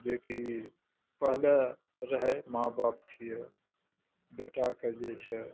जेकी पहले रहै माँ बाप छियै बेटाके जे छै